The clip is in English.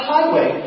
Highway